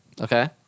Okay